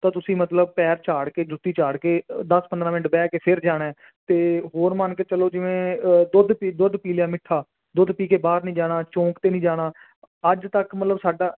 ਤਾਂ ਤੁਸੀਂ ਮਤਲਬ ਪੈਰ ਝਾੜ ਕੇ ਜੁੱਤੀ ਝਾੜ ਕੇ ਦਸ ਪੰਦਰ੍ਹਾਂ ਮਿੰਟ ਬਹਿ ਕੇ ਫਿਰ ਜਾਣਾ ਅਤੇ ਹੋਰ ਮੰਨ ਕੇ ਚਲੋ ਜਿਵੇਂ ਦੁੱਧ ਪੀ ਦੁੱਧ ਪੀ ਲਿਆ ਮਿੱਠਾ ਦੁੱਧ ਪੀ ਕੇ ਬਾਹਰ ਨਹੀਂ ਜਾਣਾ ਚੌਂਕ 'ਤੇ ਨਹੀਂ ਜਾਣਾ ਅੱਜ ਤੱਕ ਮਤਲਬ ਸਾਡਾ